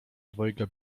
dwojga